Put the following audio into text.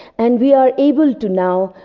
and we are able to, now,